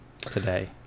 today